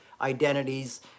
identities